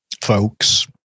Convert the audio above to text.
folks